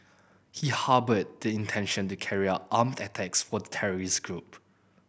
he harboured the intention to carry out armed attacks for the terrorist group